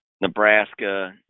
Nebraska